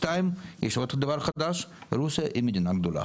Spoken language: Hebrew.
השנייה, יש עוד דבר חדש, רוסיה היא מדינה גדולה,